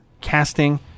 casting